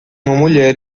mulher